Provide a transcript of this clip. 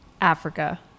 Africa